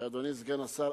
שאדוני סגן השר,